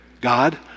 God